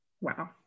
Wow